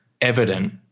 evident